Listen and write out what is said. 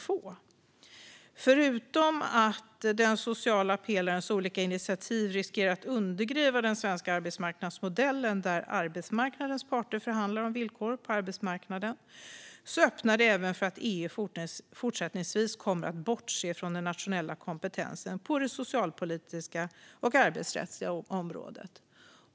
Förutom att den sociala pelarens olika initiativ riskerar att undergräva den svenska arbetsmarknadsmodellen där arbetsmarknadens parter förhandlar om villkor på arbetsmarknaden, öppnar de för att EU även fortsättningsvis kommer att bortse från den nationella kompetensen på det socialpolitiska och arbetsrättsliga området.